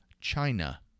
China